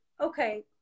okay